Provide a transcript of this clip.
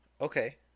Okay